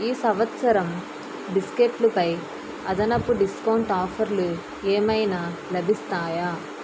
ఈ సంవత్సరం బిస్కెట్లపై అదనపు డిస్కౌంట్ ఆఫర్లు ఏమైనా లభిస్తాయా